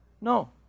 no